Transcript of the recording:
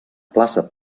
plaça